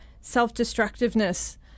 self-destructiveness